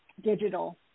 digital